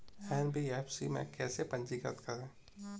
NBFC में कैसे पंजीकृत करें?